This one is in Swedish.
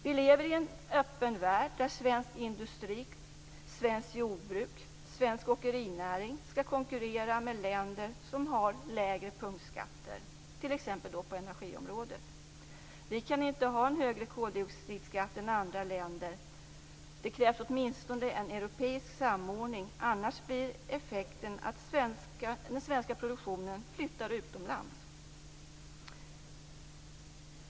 Vi lever i en öppen värld, där svensk industri, svenskt jordbruk och svensk åkerinäring skall konkurrera med motsvarande näringar i länder som har lägre punktskatter, t.ex. på energiområdet. Vi kan inte ha en högre koldioxidskatt än andra länder. Det krävs åtminstone en europeisk samordning. Annars blir effekten att den svenska produktionen flyttar utomlands.